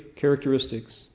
characteristics